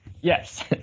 Yes